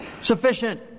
sufficient